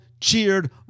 cheered